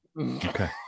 Okay